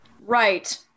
right